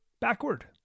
backward